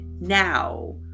now